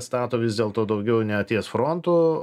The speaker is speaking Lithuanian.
stato vis dėlto daugiau ne ties frontu